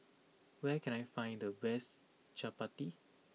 where can I find the best Chapati